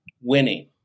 winning